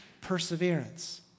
perseverance